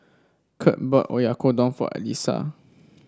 Kurt bought Oyakodon for Elissa